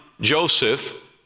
Joseph